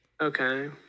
Okay